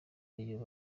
rayon